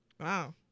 Wow